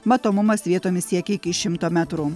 matomumas vietomis siekia iki šimto metrų